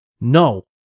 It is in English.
no